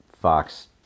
Fox